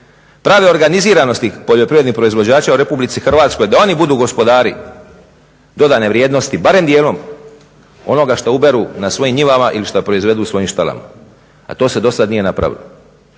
prave organiziranosti poljoprivrednih proizvođača u RH da oni budu gospodari dodane vrijednosti, barem dijelom onoga što uberu na svojim njivama ili šta proizvedu u svojim štalama, a to se do sada nije napravilo.